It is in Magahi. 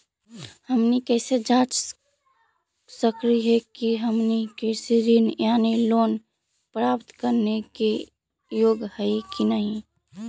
हमनी कैसे जांच सकली हे कि हमनी कृषि ऋण यानी लोन प्राप्त करने के योग्य हई कि नहीं?